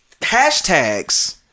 hashtags